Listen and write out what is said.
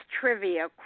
trivia